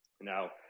Now